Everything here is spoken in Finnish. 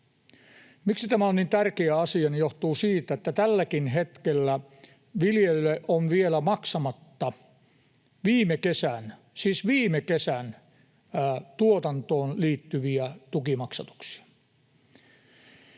Miksi tämä on niin tärkeä asia, johtuu siitä, että tälläkin hetkellä viljelijöille on vielä maksamatta viime kesän — siis viime kesän — tuotantoon liittyviä tukimaksatuksia.